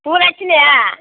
పూలు వచ్చినాయా